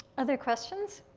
other questions?